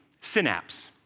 synapse